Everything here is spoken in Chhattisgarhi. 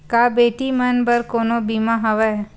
का बेटी मन बर कोनो बीमा हवय?